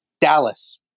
Dallas